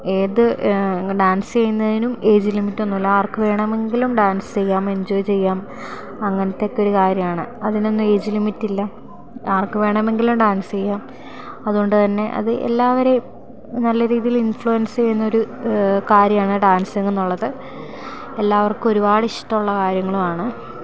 ഏത് ഡാൻസ് ചെയ്യുന്നതിനും ഏയ്ജ് ലിമിറ്റൊന്നുമില്ല ആർക്ക് വേണമെങ്കിലും ഡാൻസ് ചെയ്യാം എഞ്ചോയ് ചെയ്യാം അങ്ങനത്തെയൊക്കെ ഒരു കാര്യമാണ് അതിനൊന്നും ഏയ്ജ് ലിമിറ്റില്ല ആർക്കു വേണമെങ്കിലും ഡാൻസ് ചെയ്യാം അതുകൊണ്ടുതന്നെ അത് എല്ലാവരേയും നല്ല രീതിയിൽ ഇൻഫ്ലുവൻസ് ചെയ്യുന്നൊരു കാര്യമാണ് ഡാൻസിങ്ങെന്നുള്ളത് എല്ലാവർക്കും ഒരുപാട് ഇഷ്ടമുള്ള കാര്യങ്ങളുമാണ്